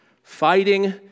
Fighting